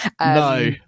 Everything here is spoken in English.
No